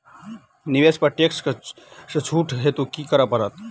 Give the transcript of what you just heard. निवेश पर टैक्स सँ छुट हेतु की करै पड़त?